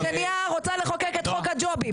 השנייה רוצה לחוקק את חוק הג'ובים.